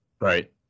Right